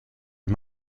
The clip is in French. les